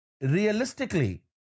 realistically